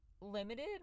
limited